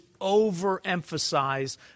overemphasize